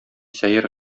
сәер